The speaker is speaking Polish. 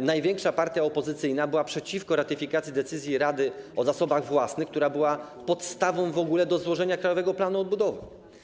największa partia opozycyjna była przeciwko ratyfikacji decyzji Rady o zasobach własnych, która była podstawą do złożenia Krajowego Planu Odbudowy.